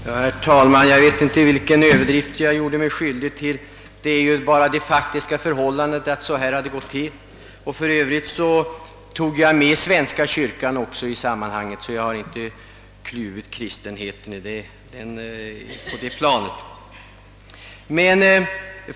Herr talman! Jag vet inte vilken överdrift jag gjorde mig skyldig till. Det faktiska förhållandet är ju att det har gått till så här. För övrigt tog jag med svenska kyrkan i sammanhanget, så jag har inte kluvit kristenheten på det planet.